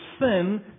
sin